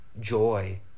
joy